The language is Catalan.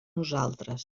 nosaltres